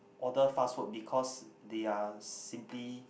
order fast food because they are simply